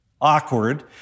awkward